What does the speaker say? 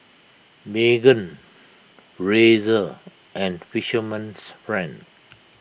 Megan Razer and Fisherman's Friend